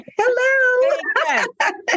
Hello